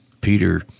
Peter